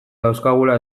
dauzkagula